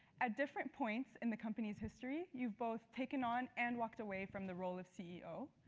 at different points in the company's history, you've both taken on and walked away from the role of ceo.